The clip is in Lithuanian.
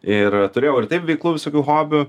ir turėjau ir taip veiklų visokių hobių